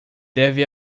deve